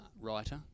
writer